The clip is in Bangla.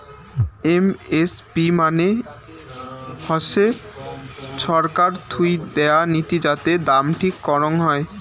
এম.এস.পি মানে হসে ছরকার থুই দেয়া নীতি যাতে দাম ঠিক করং হই